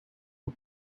een